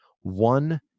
one